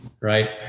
right